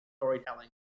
storytelling